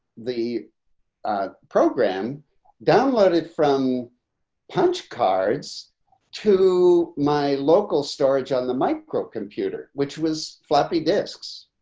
the program downloaded from punch cards to my local storage on the micro computer, which was floppy disks.